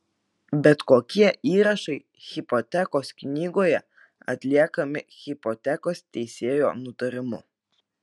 bet kokie įrašai hipotekos knygoje atliekami hipotekos teisėjo nutarimu